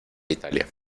italia